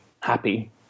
happy